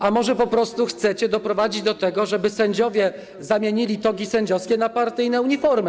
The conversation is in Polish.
A może po prostu chcecie doprowadzić do tego, żeby sędziowie zamienili togi sędziowskie na partyjne uniformy?